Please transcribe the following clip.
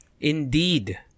Indeed